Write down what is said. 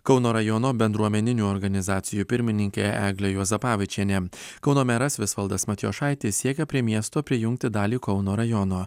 kauno rajono bendruomeninių organizacijų pirmininkė eglė juozapavičienė kauno meras visvaldas matijošaitis siekia prie miesto prijungti dalį kauno rajono